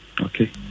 Okay